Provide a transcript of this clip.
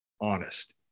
honest